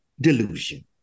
delusion